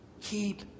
Keep